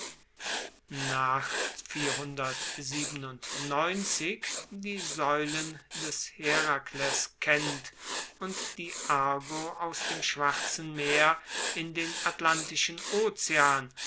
die saeulen des herakles kennt und die argo aus dem schwarzen meer in den atlantischen ozean